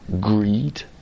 Greed